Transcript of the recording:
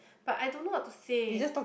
but I don't know what to say